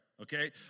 Okay